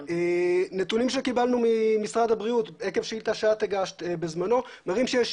נתונים שקיבלנו ממשרד הבריאות עקב שאילתה שאת הגשת בזמנו מראים שיש